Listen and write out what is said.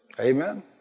Amen